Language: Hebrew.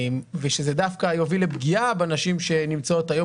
ושזה דווקא יוביל לפגיעה בנשים שנמצאות היום